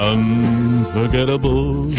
Unforgettable